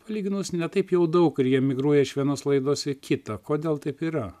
palyginus ne taip jau daug ir jie migruoja iš vienos laidos į kitą kodėl taip yra